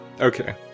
Okay